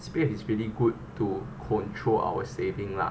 C_P_F is really good to control our saving lah